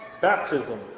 Baptism